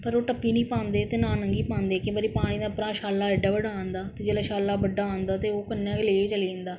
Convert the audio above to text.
पर ओह् टप्पी नेईं पांदे ते लगी पादे केंई बारी पानी दा उप्परा छल्ल एहड्डा बड्डा आंदा ते जिसलै छल्ल बड्डा आंदा ते ओह् कन्नै गै लेई चली जंदा